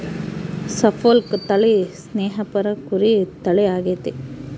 Suffolk ತಳಿ ಸ್ನೇಹಪರ ಕುರಿ ತಳಿ ಆಗೆತೆ